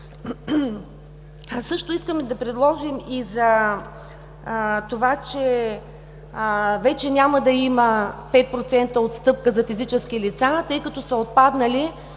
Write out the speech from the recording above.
Също искаме да предложим и за това, че вече няма да има 5% отстъпка за физически лица, тъй като са отпаднали